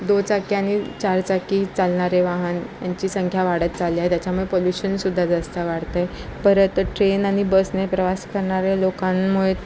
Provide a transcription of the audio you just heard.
दुचाकी आणि चारचाकी चालणारे वाहन यांची संख्या वाढत चालली आहे त्याच्यामुळे पोल्युशन सुद्धा जास्त वाढत आहे परत ट्रेन आणि बसने प्रवास करणाऱ्या लोकांमुळे